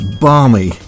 balmy